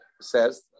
says